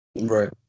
Right